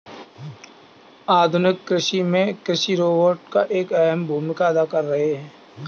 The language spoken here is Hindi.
आधुनिक कृषि में कृषि रोबोट एक अहम भूमिका अदा कर रहे हैं